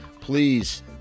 Please